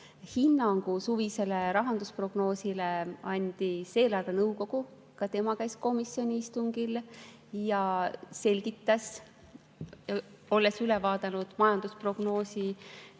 Hinnangu suvisele rahandusprognoosile andis eelarvenõukogu, ka selle [esindaja] käis komisjoni istungil ja selgitas, olles üle vaadanud majandusprognoosi,